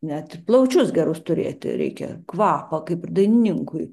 net plaučius gerus turėti reikia kvapą kaip ir dainininkui